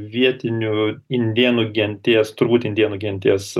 vietinių indėnų genties turbūt indėnų genties